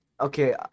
Okay